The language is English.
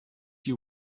you